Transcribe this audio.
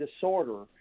disorder